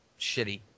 shitty